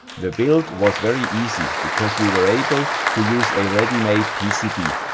the build was very easy, because we were able to use a ready-made pcb,